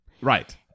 right